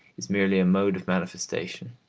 is merely a mode of manifestation.